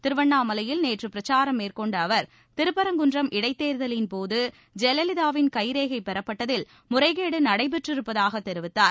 திருவண்ணாமலையில் நேற்றுபிரச்சாரம் திருப்பரங்குன்றம் இடைத் தேர்தலின்போதுஜெயலலிதாவின் கைரேகைபெறப்பட்டதில் முறைகேடுநடைபெற்றிருப்பதாகத் தெரிவித்தார்